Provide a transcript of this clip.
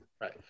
right